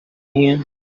here